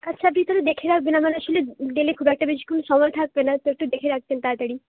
আচ্ছা আপনি দেখে রাখবেন আমার আসলে গেলে খুব একটা বেশিক্ষণ সময় থাকবে না তো একটু দেখে রাখবেন তাড়াতাড়ি